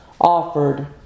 offered